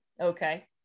Okay